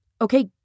Okay